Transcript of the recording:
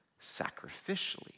sacrificially